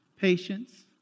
patience